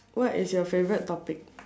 what is your favourite topic